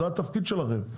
זה התפקיד שלכם,